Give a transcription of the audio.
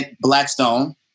Blackstone